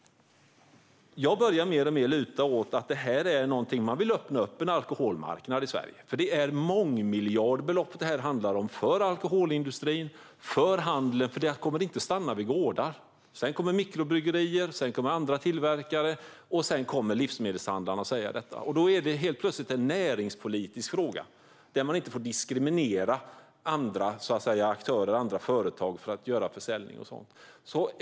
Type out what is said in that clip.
Jag börjar mer och mer luta åt att det handlar om att man vill öppna för en alkoholmarknad i Sverige. Det är mångmiljardbelopp det handlar om för alkoholindustrin och för handeln. Det kommer inte att stanna vid gårdar, utan sedan kommer mikrobryggerier, andra tillverkare och till sist livsmedelshandlarna. Då är det helt plötsligt en näringspolitisk fråga, och där får man ju inte diskriminera andra aktörer när det handlar om försäljning och liknande.